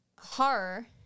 horror